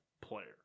player